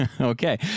Okay